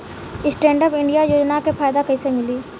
Stand up India योजना के फायदा कैसे मिली?